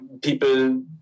people